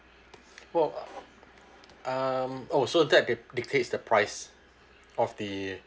well um oh so that di~ dictates the price of the